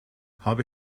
habe